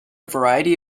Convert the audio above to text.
variety